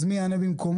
מי יענה במקומו?